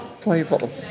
playful